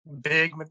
big